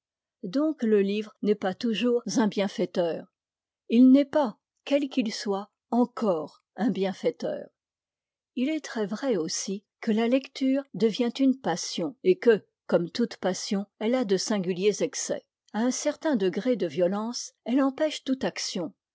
donc le livre n'est pas toujours un bienfaiteur il n'est pas quel qu'il soit encore un bienfaiteur il est très vrai aussi que la lecture devient une passion et que comme toute passion elle a de singuliers excès à un certain degré de violence elle empêche toute action